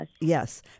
Yes